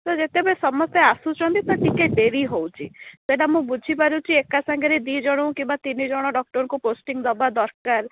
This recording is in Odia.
ତ ଯେତେବେଳେ ସମସ୍ତେ ଆସୁଛନ୍ତି ତ ଟିକିଏ ଡେରି ହେଉଛି ସେଇଟା ମୁଁ ବୁଝିପାରୁଛି ଏକା ସାଙ୍ଗରେ ଦୁଇ ଜଣଙ୍କୁ କିମ୍ବା ତିନିଜଣ ଡକ୍ଟରଙ୍କୁ ପୋଷ୍ଟିଂ ଦେବା ଦରକାର